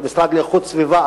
את המשרד להגנת הסביבה,